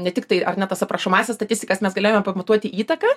ne tik tai ar ne tas aprašomąsias statistikas mes galėjome pamatuoti įtaką